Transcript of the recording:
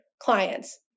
clients